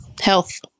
health